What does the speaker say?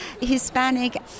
Hispanic